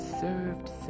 served